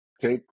take